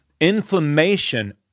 inflammation